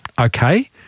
Okay